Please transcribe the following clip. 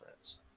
friends